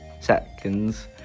seconds